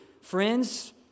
Friends